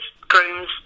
grooms